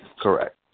Correct